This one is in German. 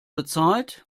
bezahlt